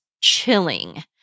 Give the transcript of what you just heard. chilling